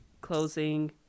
closing